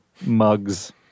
mugs